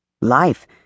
Life